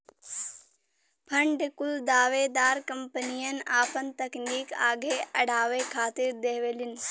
fund कुल दावेदार कंपनियन आपन तकनीक आगे अड़ावे खातिर देवलीन